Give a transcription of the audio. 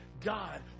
God